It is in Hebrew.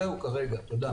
תודה.